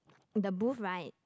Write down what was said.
the booth right